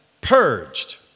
purged